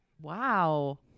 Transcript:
Wow